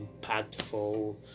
impactful